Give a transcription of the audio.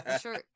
Sure